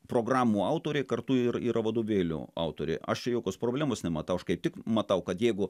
programų autoriai kartu ir yra vadovėlių autoriai aš čia jokios problemos nematau aš kaip tik matau kad jeigu